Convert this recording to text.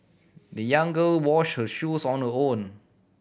the young girl wash her shoes on her own